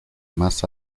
más